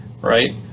right